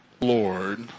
Lord